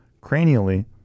cranially